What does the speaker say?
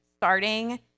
starting